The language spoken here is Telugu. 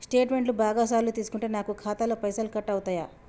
స్టేట్మెంటు బాగా సార్లు తీసుకుంటే నాకు ఖాతాలో పైసలు కట్ అవుతయా?